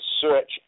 search